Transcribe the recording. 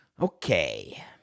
Okay